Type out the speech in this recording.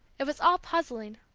it was all puzzling,